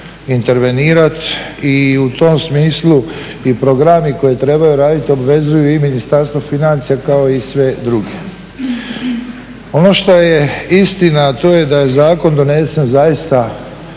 intervenirati. I u tom smislu i programi koje trebaju raditi obvezuju i Ministarstvo financija kao i sve druge. Ono što je istina a to je da je zakon donesen zaista